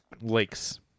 lakes